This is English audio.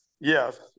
Yes